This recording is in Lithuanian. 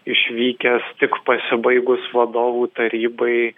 išvykęs tik pasibaigus vadovų tarybai